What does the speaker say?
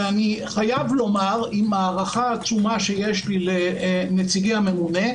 ואני חייב לומר עם ההערכה העצומה שיש לי לנציגי הממונה,